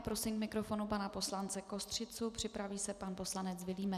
Prosím k mikrofonu pana poslance Kostřicu, připraví se pan poslanec Vilímec.